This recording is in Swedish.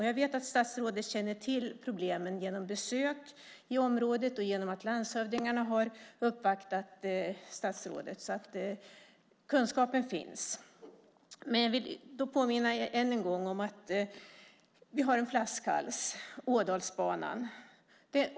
Jag vet att statsrådet känner till problemen genom besök i området och genom att landshövdingarna har uppvaktat statsrådet, så kunskapen finns. Jag vill än en gång påminna om att vi har en flaskhals, Ådalsbanan.